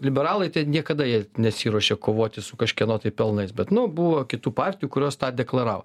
liberalai ten niekada jie nesiruošė kovoti su kažkieno tai pelnais bet nu buvo kitų partijų kurios tą deklaravo